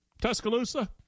Tuscaloosa